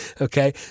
Okay